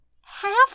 half